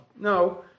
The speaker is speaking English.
No